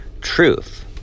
truth